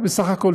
ובסך הכול,